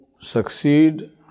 succeed